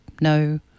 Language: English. no –